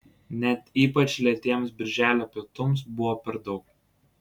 net ypač lėtiems birželio pietums buvo per daug